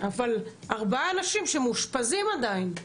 ארבעה אנשים שמאושפזים עדיין,